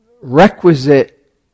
requisite